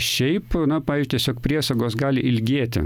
šiaip na pavyzdžiui tiesiog priesagos gali ilgėti